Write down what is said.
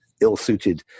ill-suited